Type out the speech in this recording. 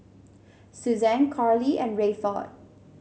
Suzanne Coralie and Rayford